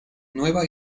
nueva